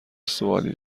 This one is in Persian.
سوالی